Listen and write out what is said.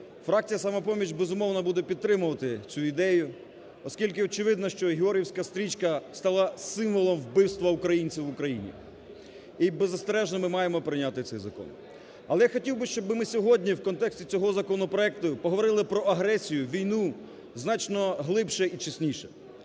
Фракція "Самопоміч", безумовно, буде підтримувати цю ідею, оскільки очевидно, що і георгіївська стрічка стала вбивства українців в Україні. І беззастережно ми маємо прийняти цей закон. Але я хотів би, щоб ми сьогодні в контексті цього законопроекту поговорили про агресію, війну значно глибше і чесніше.